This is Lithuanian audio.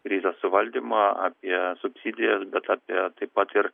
krizės suvaldymą apie subsidijas bet apie taip pat ir